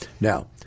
Now